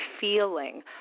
feeling